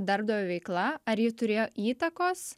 darbdavio veikla ar ji turėjo įtakos